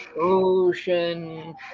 ocean